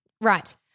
Right